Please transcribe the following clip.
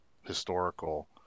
historical